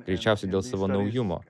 greičiausiai dėl savo naujumo